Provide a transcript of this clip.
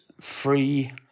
free